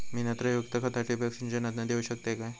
मी नत्रयुक्त खता ठिबक सिंचनातना देऊ शकतय काय?